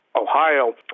Ohio